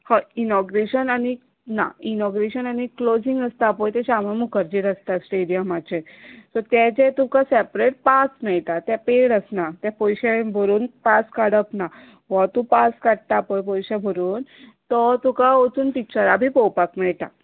हय इनॉग्रेशन आनी ना इनॉग्रेशन आनी क्लोसींग आसता पय ते शामा मुखर्जीर आसता स्टेडीयमाचेर सो तेजे तूकां सेपरेट पास मेळटा ते पेड आसना ते पयशे बरोवन पाय काडप ना हो तू पास काडटा पळय पयशे भरून तो तूका वचून पिच्चरा बी पळोवपाक मेळटा